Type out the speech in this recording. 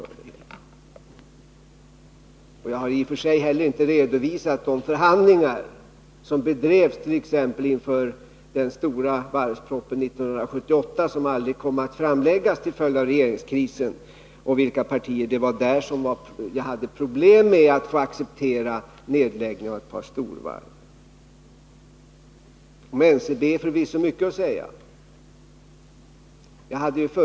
I och för sig har jag inte heller redovisat de förhandlingar som fördes inför t.ex. den stora varvspropositionen 1978, som till följd av regeringskrisen aldrig kom att framläggas. Därvidlag hade jag ju problem med vissa partier när det gällde accepterandet av nedläggningen av ett par storvarv. Om NCB är det förvisso mycket att säga.